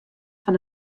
fan